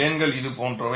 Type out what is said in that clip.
பிளேன்கள் இது போன்றவை